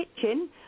kitchen